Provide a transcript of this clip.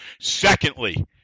Secondly